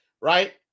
right